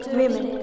women